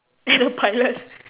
date a pilot